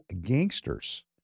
Gangsters